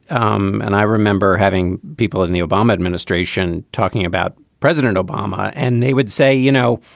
um and i remember having people in the obama administration talking about president obama, and they would say, you know,